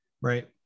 right